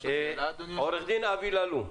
עורך דין אבי ללום.